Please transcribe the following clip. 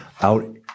out